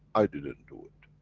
i didn't do it.